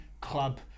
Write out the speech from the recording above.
club